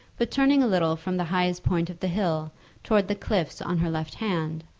but turning a little from the highest point of the hill towards the cliffs on her left hand,